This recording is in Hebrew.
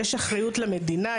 יש אחריות למדינה,